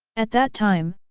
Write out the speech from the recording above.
at that time,